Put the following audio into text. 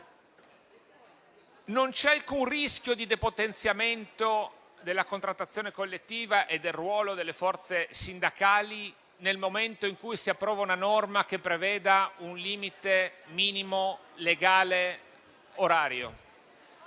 Non vi è alcun rischio di depotenziamento della contrattazione collettiva e del ruolo delle forze sindacali nel momento in cui si approva una norma che prevede un limite minimo legale orario.